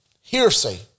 hearsay